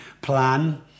plan